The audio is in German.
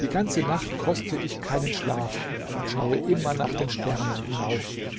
die ganze nacht koste ich keinen schlaf und schaue immer nach den sternen hinauf